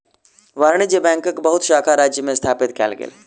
वाणिज्य बैंकक बहुत शाखा राज्य में स्थापित कएल गेल